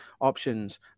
options